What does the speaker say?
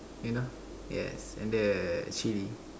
you know yes and the Chilli